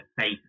face